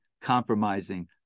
compromising